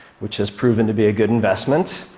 which has proven to be a good investment.